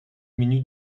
minutes